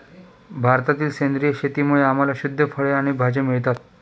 भारतातील सेंद्रिय शेतीमुळे आम्हाला शुद्ध फळे आणि भाज्या मिळतात